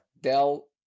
Dell